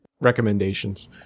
recommendations